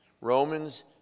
Romans